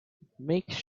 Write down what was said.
make